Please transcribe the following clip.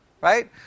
Right